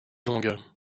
longue